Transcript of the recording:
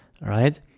right